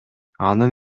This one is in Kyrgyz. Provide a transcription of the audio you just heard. анын